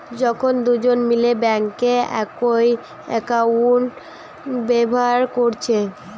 যখন দুজন মিলে বেঙ্কে একই একাউন্ট ব্যাভার কোরছে